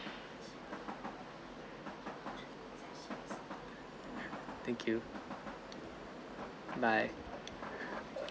thank you bye